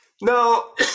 no